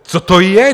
Co to je?